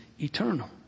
eternal